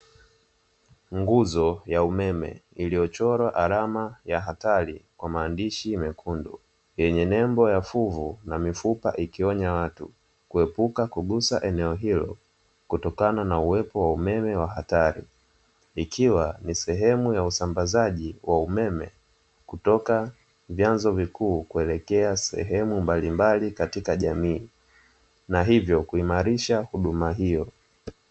Nguzo ya umeme iliyochorwa alama ya hatari kwa maandishi mekundu, yenye nembo ya fuvu na mifupa ikionya watu kuepuka kugusa eneo hilo kutokana na uwepo wa umeme wa hatari. Ikiwa ni sehemu ya usambazaji wa umeme kutoka vyanzo vikuu kuelekea sehemu mbalimbali katika jamii na hivyo kuimarisha huduma hiyo.